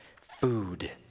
food